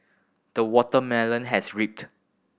the watermelon has reaped